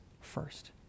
first